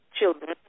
Children